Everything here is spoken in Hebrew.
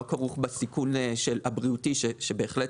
לא כרוך בסיכון של הבריאותי שבהחלט